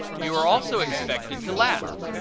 you are also expected to laugh.